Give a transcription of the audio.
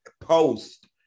post